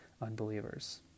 unbelievers